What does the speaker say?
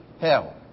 hell